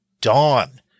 dawn